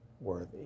worthy